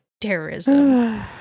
terrorism